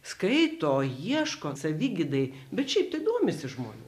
skaito ieško savigydai bet šiaip tai domisi žmonės